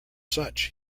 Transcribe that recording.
such